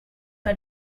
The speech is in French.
pas